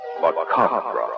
macabre